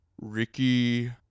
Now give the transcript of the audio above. Ricky